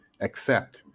accept